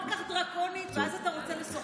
כל כך דרקונית, ואז אתה רוצה לשוחח?